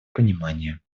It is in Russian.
понимание